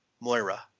Moira